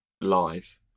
live